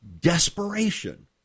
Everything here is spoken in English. desperation